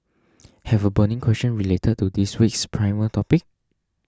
have a burning question related to this week's primer topic